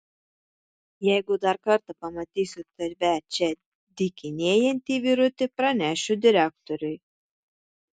jeigu dar kartą pamatysiu tave čia dykinėjantį vyruti pranešiu direktoriui